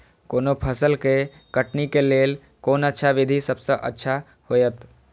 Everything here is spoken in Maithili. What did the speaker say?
कोनो फसल के कटनी के लेल कोन अच्छा विधि सबसँ अच्छा होयत?